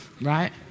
right